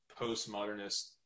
postmodernist